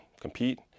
compete